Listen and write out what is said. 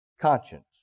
conscience